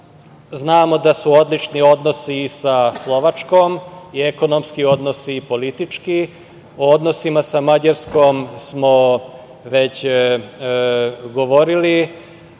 Znamo da su odlični odnosi i sa Slovačkom, i ekonomski odnosi i politički. O odnosima sa Mađarskom smo već govorili